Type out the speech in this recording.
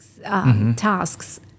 tasks